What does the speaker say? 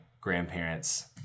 grandparents